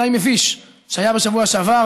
שהיה בשבוע שעבר.